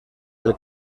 del